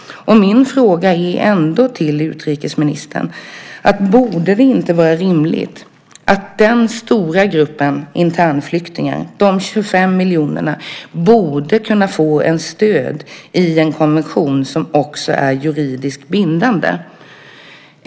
Min fråga till utrikesministern är: Borde det inte vara rimligt att den stora gruppen internflyktingar, de 25 miljonerna, får stöd i en konvention som också är juridiskt bindande?